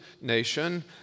nation